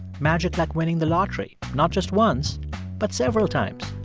magic like winning the lottery not just once but several times.